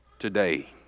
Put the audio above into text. today